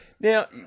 Now